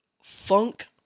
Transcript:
Funk